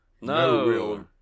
no